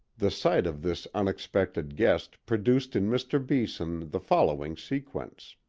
the sight of this unexpected guest produced in mr. beeson the following sequence